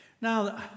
Now